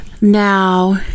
Now